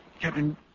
Captain